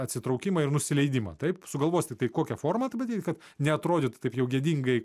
atsitraukimą ir nusileidimą taip sugalvos tiktai kokia forma tą padaryt kad neatrodytų taip jau gėdingai